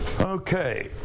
Okay